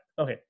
okay